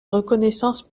reconnaissance